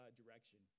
direction